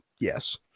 Yes